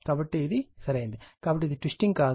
కాబట్టి ఇది సరైనది కాబట్టి ఇది ట్విస్టింగ్ కాదు